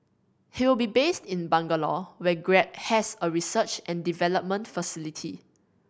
he will be based in Bangalore where Grab has a research and development facility